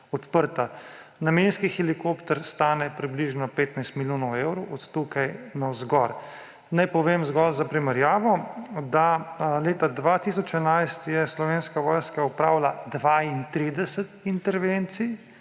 odprta. Namenski helikopter stane približno 15 milijonov evrov od tukaj navzgor. Naj povem zgolj za primerjavo, da leta 2011 je Slovenska vojska opravila 32 intervencij